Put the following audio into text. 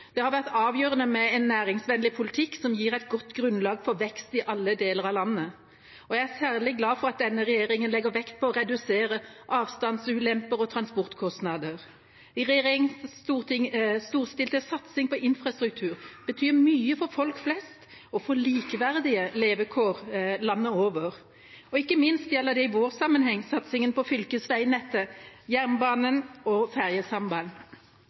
Det har vært avgjørende med en næringsvennlig politikk som gir et godt grunnlag for vekst i alle deler av landet. Jeg er særlig glad for at denne regjeringa legger vekt på å redusere avstandsulemper og transportkostnader. Regjeringas storstilte satsing på infrastruktur betyr mye for folk flest og for likeverdige levekår landet over. Ikke minst gjelder det i vår sammenheng satsingen på fylkesveinettet, jernbanen og